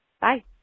bye